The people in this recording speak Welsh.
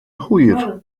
hwyr